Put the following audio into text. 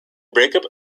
breakup